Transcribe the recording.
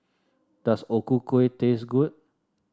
does O Ku Kueh taste good